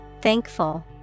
Thankful